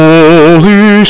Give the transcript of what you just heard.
Holy